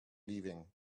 leaving